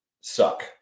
suck